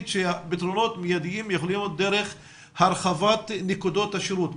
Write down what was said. שפתרונות מיידים יכולים להיות דרך הרחבת נקודות השירות,